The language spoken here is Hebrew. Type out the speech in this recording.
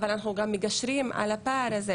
אבל אנחנו גם מגשרים על הפער הזה